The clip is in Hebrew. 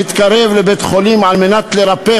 חילוני יוכל לבוא למקווה?